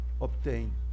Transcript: obtain